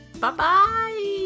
bye-bye